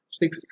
six